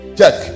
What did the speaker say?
Check